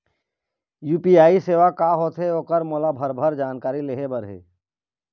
UPI सेवा का होथे ओकर मोला भरभर जानकारी लेहे बर हे?